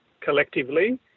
collectively